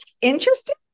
interesting